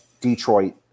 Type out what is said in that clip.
detroit